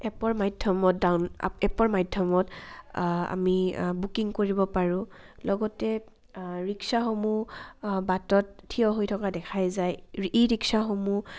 এপৰ মাধ্যমত ডাউনপ এপৰ মাধ্যমত আমি বুকিং কৰিব পাৰোঁ লগতে ৰিক্সাসমূহ বাটত থিয় হৈ থকা দেখাই যায় ই ৰিক্সাসমূহ